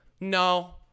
no